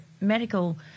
medical